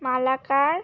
Malakar